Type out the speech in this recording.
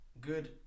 Good